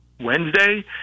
Wednesday